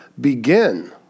begin